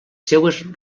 seues